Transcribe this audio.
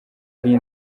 ari